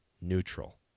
neutral